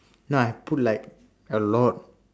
no I put like a lot